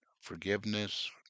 forgiveness